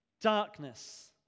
darkness